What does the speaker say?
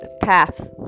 path